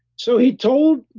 so, he told